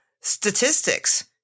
statistics